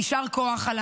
ויישר כוח על